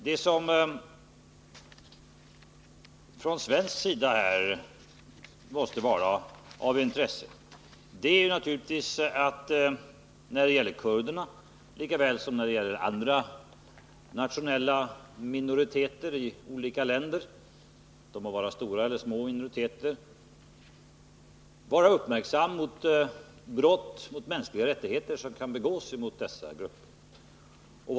Vad som från svensk sida måste vara av intresse när det gäller kurderna lika väl som när det gäller nationella minoriteter i andra länder — det må vara stora eller små minoriteter — är naturligtvis att vi är uppmärksamma på de brott mot de mänskliga rättigheterna som kan begås mot dessa grupper.